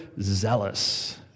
zealous